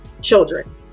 children